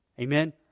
Amen